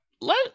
Let